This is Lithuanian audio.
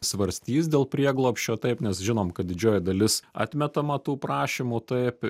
svarstys dėl prieglobsčio taip nes žinom kad didžioji dalis atmetama tų prašymų taip